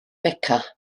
beca